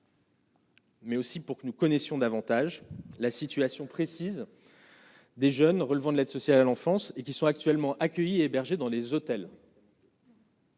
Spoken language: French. Mais aussi pour que nous connaissions davantage la situation précise. Des jeunes relevant de l'aide sociale à l'enfance et qui sont actuellement accueillis, hébergés dans les hôtels.